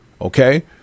Okay